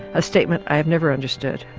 a statement i've never understood.